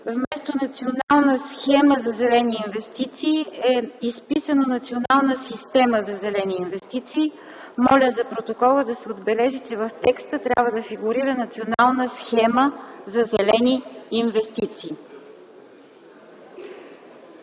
вместо „Националната схема за зелени инвестиции” е изписано „Националната система за зелени инвестиции”. Моля за протокола да се отбележи, че в текста трябва да фигурира: „Националната схема за зелени инвестиции”.